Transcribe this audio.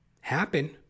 happen